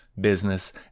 business